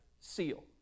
seal